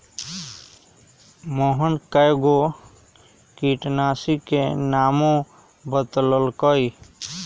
मोहन कै गो किटनाशी के नामो बतलकई